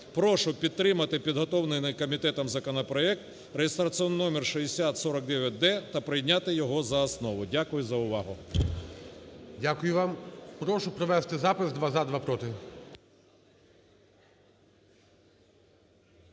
прошу підтримати підготовлений комітетом законопроект (реєстраційний номер 6049-д) та прийняти його за основу. Дякую за увагу. ГОЛОВУЮЧИЙ. Дякую вам. Прошу провести запис: два – за, два – проти.